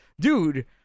dude